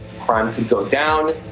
crime could go down,